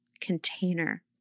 container